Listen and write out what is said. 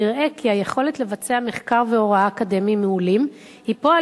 נראה כי היכולת לבצע מחקר והוראה אקדמיים מעולים היא פועל